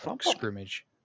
scrimmage